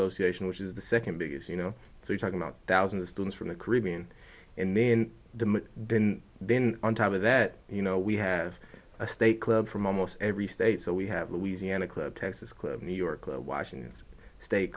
association which is the second biggest you know so we're talking about thousands of students from the caribbean and then the then then on top of that you know we have a state club from almost every state so we have louisiana club texas club new york washington's state